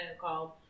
called